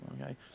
Okay